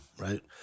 Right